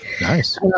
Nice